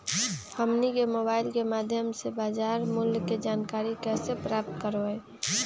हमनी के मोबाइल के माध्यम से बाजार मूल्य के जानकारी कैसे प्राप्त करवाई?